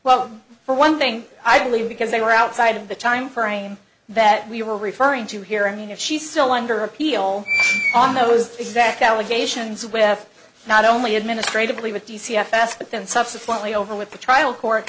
well for one thing i believe because they were outside of the timeframe that we were referring to here i mean if she's still under appeal on those exact allegations with not only administratively with the c f s but then subsequently over with the trial court